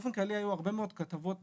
באופן כללי היו הרבה מאוד כתבות,